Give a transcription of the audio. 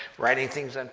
writing things, and